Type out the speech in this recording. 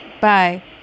bye